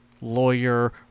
lawyer